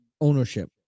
ownership